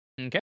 okay